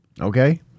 Okay